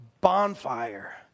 bonfire